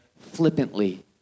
flippantly